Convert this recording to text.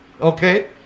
Okay